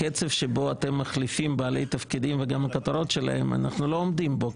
הקצב שבו אתם מחליפים בעלי תפקידים אנחנו לא עומדים בו.